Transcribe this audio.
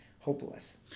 hopeless